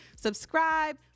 Subscribe